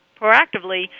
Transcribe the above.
proactively